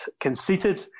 conceited